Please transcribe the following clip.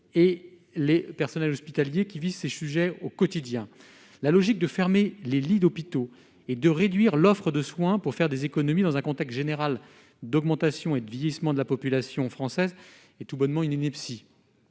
et les personnels hospitaliers qui vit ses sujets au quotidien la logique de fermer les lits d'hôpitaux et de réduire l'offre de soins pour faire des économies dans un contexte général d'augmentation et de vieillissement de la population française est tout bonnement une ineptie,